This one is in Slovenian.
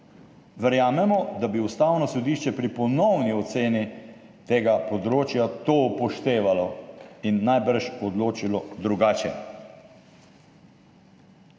Verjamemo, da bi Ustavno sodišče pri ponovni oceni tega področja to upoštevalo in najbrž odločilo drugače.